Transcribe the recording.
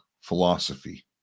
philosophy